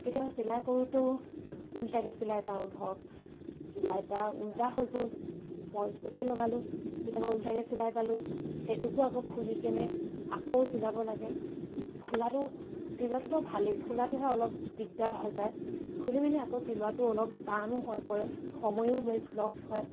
কেতিয়াবা চিলাই কৰোঁতেও ওলটা চিলাই ধৰক কিবা এটা ওলটা হৈ গ'ল ফলছটোকে লগালোঁ কেতিয়াবা ওলটাকে চিলাই পালোঁ সেইটোকো আকৌ খুলি কেনে আকৌ চিলাব লাগে খোলাটো চিলোৱাটোতো ভালেই খোলাটোহে অলপ দিগদাৰ হৈ যায় খুলি মেলি আকৌ চিলোৱাটো অলপ টানো হৈ পৰে সময়ো লৈ লষ্ট হয়